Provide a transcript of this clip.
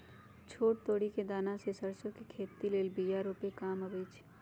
छोट तोरि कें दना से सरसो के खेती लेल बिया रूपे काम अबइ छै